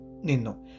Nino